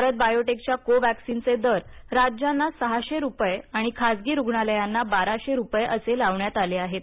भारत बायोटेकच्या कोव्हॅक्सिनचे दर राज्यांना सहाशे रुपये आणि खासगी रुग्णालयांना बाराशे रुपये असे लावण्यात आले आहेत